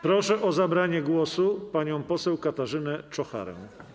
Proszę o zabranie głosu panią poseł Katarzynę Czocharę.